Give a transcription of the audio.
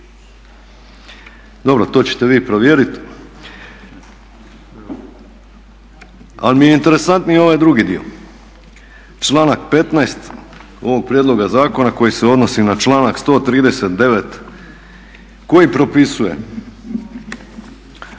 Dobro, to ćete vi provjeriti. Ali mi je interesantniji ovaj drugi dio. Članak 15. ovog prijedloga zakona koji se odnosi na članak 139. koji propisuje,